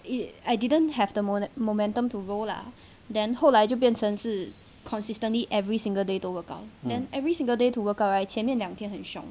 eh I didn't have the mo~ momentum to roll lah then 后来就变成是 consistently every single day 都 work out then every single day to work out right 前面两天很凶